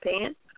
pants